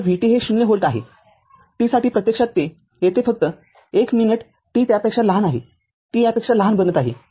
तर vt हे ० volt आहे t साठी प्रत्यक्षात येथे फक्त एक मिनिट t त्यापेक्षा लहान आहे t यापेक्षा लहान बनत आहे